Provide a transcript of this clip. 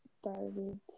started